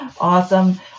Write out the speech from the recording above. Awesome